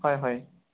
হয় হয়